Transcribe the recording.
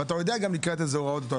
ואתה גם יודע לקראת אילו הוראות אתה הולך.